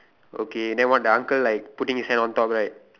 okay then what the uncle like putting his hand on top right